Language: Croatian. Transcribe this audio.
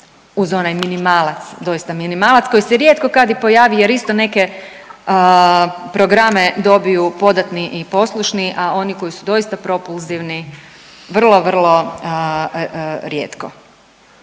uz onaj minimalac, doista minimalac koji se rijetko kad i pojavi jer isto neke programe dobiju podatni i poslušni, a oni koji su doista propulzivni vrlo vrlo rijetko,